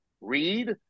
read